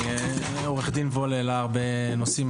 עורך דין וול העלה הרבה נושאים,